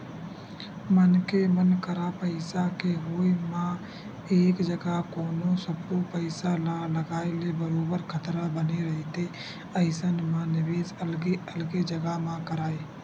मनखे मन करा पइसा के होय म एक जघा कोनो सब्बो पइसा ल लगाए ले बरोबर खतरा बने रहिथे अइसन म निवेस अलगे अलगे जघा म करय